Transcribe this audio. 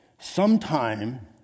Sometime